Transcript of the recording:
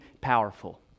powerful